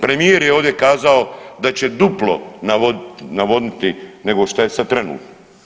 Premijer je ovdje kazao da će duplo navodniti nego što sad trenutno.